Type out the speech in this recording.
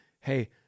hey